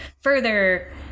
further